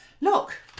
Look